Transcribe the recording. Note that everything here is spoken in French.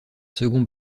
second